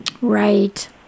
Right